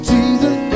Jesus